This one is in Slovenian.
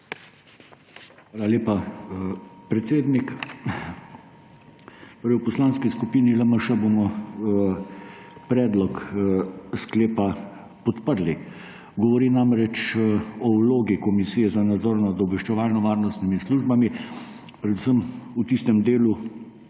Hvala lepa, predsednik. V Poslanski skupini LMŠ bomo predlog sklepa podprli. Govori namreč o vlogi Komisije za nadzor obveščevalnih in varnostnih služb predvsem v tistem delu,